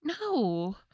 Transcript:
No